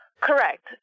Correct